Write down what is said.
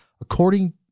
according